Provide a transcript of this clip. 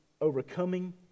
overcoming